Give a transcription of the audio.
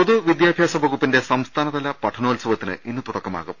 പൊതു വിദ്യാഭ്യാസ വകുപ്പിന്റെ സംസ്ഥാനതല പഠനോത്സവത്തിന് ഇന്ന് തുടക്കമാകും